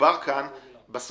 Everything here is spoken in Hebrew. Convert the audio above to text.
דובר כאן,